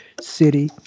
city